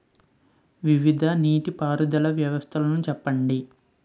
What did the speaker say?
వివిధ నీటి పారుదల వ్యవస్థలను చెప్పండి?